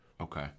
Okay